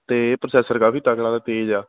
ਅਤੇ ਇਹ ਪ੍ਰੋਸੈਸਰ ਕਾਫੀ ਤਕੜਾ ਅਤੇ ਤੇਜ਼ ਆ